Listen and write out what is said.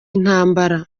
intambara